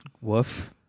Woof